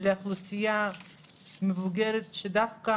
לאוכלוסייה המבוגרת שדווקא